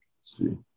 see